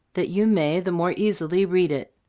that you may the more easily read it.